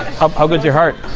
how good's your heart?